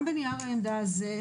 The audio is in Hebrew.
גם בנייר העמדה הזה,